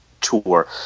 tour